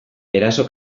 eraso